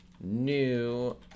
New